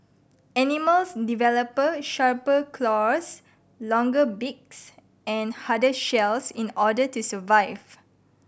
animals develop sharper claws longer beaks and harder shells in order to survive